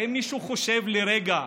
האם מישהו חושב לרגע,